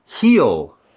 Heal